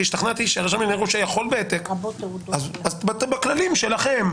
השתכנעתי שהרשם לענייני ירושה יכול להתיר עם העתק אז בכללים שלכם,